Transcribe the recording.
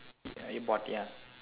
you bought ya